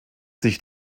sich